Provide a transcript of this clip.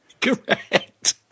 Correct